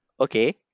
Okay